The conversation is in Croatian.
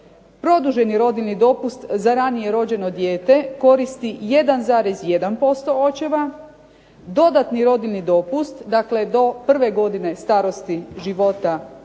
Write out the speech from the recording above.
produženi rodiljni dopust za ranije rođeno dijete koristi 1,1% očeva, dodatni rodiljni dopust dakle do prve godine starosti života djeteta